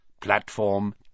platform